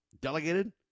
delegated